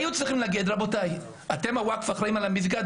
היו צריכים להגיד לווקף שאם הם אחראים על המסגד,